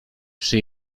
przy